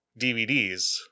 dvds